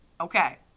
Okay